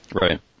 Right